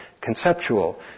conceptual